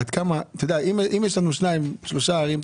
עד כמה אם יש שתיים-שלוש ערים,